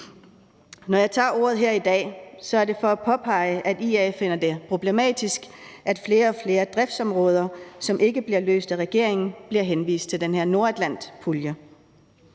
Når jeg tager ordet her i dag, er det for at påpege, at IA finder det problematisk, at flere og flere driftsområder, som ikke bliver taklet af regeringen, bliver henvist til den her Nordatlantpulje.